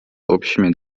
общими